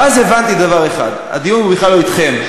ואז הבנתי דבר אחד: הדיון הוא בכלל לא אתכם.